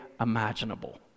imaginable